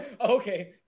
Okay